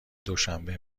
دوشنبه